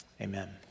Amen